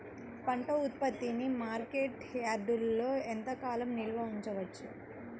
పంట ఉత్పత్తిని మార్కెట్ యార్డ్లలో ఎంతకాలం నిల్వ ఉంచవచ్చు?